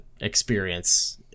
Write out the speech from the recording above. experience